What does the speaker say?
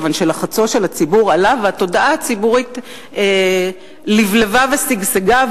כיוון שלחצו של הציבור עלה והתודעה הציבורית לבלבה ושגשגה,